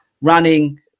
running